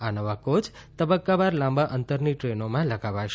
આ નવા કોચ તબકકાવાર લાંબા અંતરની ટ્રેનોમાં લગાવાશે